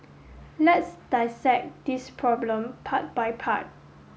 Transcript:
let's dissect this problem part by part